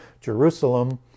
Jerusalem